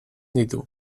ditu